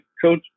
coach